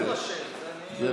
לא